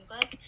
book